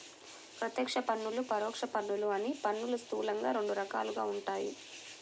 ప్రత్యక్ష పన్నులు, పరోక్ష పన్నులు అని పన్నులు స్థూలంగా రెండు రకాలుగా ఉంటాయి